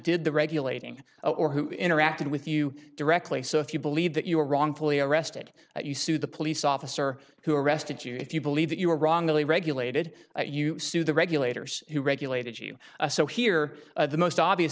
did the regulating or who interacted with you directly so if you believe that you were wrongfully arrested you sue the police officer who arrested you if you believe that you were wrongly regulated you sue the regulators who regulated you a so here the most obvious